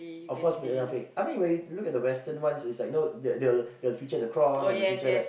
of course Munafik I mean when you look at the western ones is like you know they will they will they will feature the cross or they will feature like